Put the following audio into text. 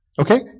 Okay